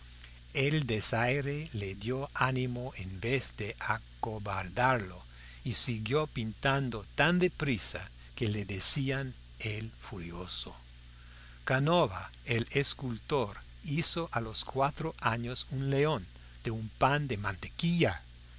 el desaire le dio ánimo en vez de acobardarlo y siguió pintando tan de prisa que le decían el furioso canova el escultor hizo a los cuatro años un león de un pan de mantequilla